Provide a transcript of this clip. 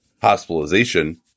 hospitalization